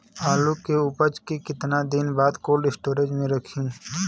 आलू के उपज के कितना दिन बाद कोल्ड स्टोरेज मे रखी?